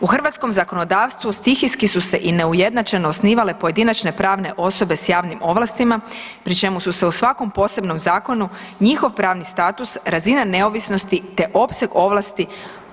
u hrvatskom zakonodavstvu stihijski su se i neujednačeno osnivale pojedinačne pravne osobe s javnim ovlastima pri čemu su se u svakom posebnom zakonu njihov pravni status, razina neovisnosti te opseg ovlasti